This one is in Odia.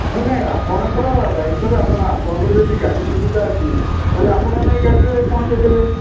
ନାଇଁ ନାଇଁ ଆପଣଙ୍କର ଦାୟିତ୍ୱରେ ଆପଣ ଆପଣଙ୍କର ଯଦି ଗାଡ଼ି ସୁବିଧା ଅଛି ତା'ହେଲେ ଆପଣ ନେଇ ଗାଡ଼ିରେ ପହଞ୍ଚାଇ ଦେବେ